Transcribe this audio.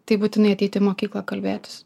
tai būtinai ateiti į mokyklą kalbėtis